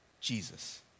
Jesus